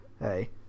hey